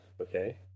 Okay